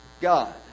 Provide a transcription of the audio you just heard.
God